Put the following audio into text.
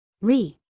Re